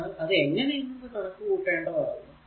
എന്നാൽ അത് എങ്ങനെ എന്ന് കണക്കു കൂട്ടേണ്ടതാകുന്നു